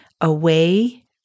Away